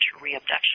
re-abduction